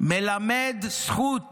"מלמד זכות